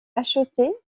acheté